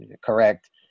correct